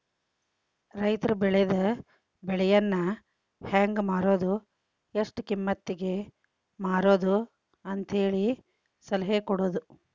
ರೈತರು ಬೆಳೆದ ಬೆಳೆಯನ್ನಾ ಹೆಂಗ ಮಾರುದು ಎಷ್ಟ ಕಿಮ್ಮತಿಗೆ ಮಾರುದು ಅಂತೇಳಿ ಸಲಹೆ ಕೊಡುದು